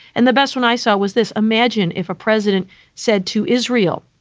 and the best one i saw was this. imagine if a president said to israel,